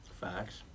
Facts